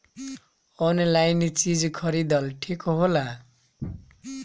Online चीज खरीदल ठिक होला?